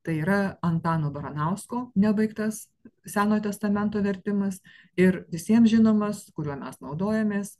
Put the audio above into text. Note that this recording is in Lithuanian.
tai yra antano baranausko nebaigtas senojo testamento vertimas ir visiems žinomas kuriuo mes naudojamės